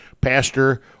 Pastor